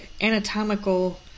anatomical